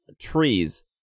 trees